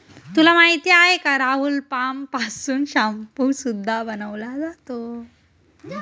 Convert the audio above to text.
तुला माहिती आहे का राहुल? पाम पासून शाम्पू सुद्धा बनवला जातो